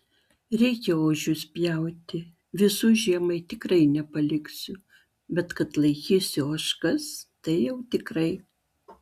reikia ožius pjauti visų žiemai tikrai nepaliksiu bet kad laikysiu ožkas tai jau tikrai